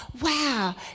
wow